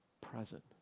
present